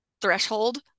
threshold